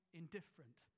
indifferent